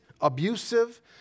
abusive